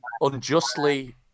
unjustly